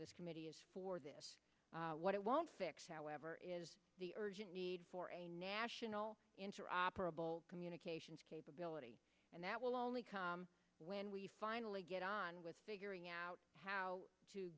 this committee is what it won't fix however is the urgent need for a national interoperable communications capability and that will only come when we finally get on with figuring out how to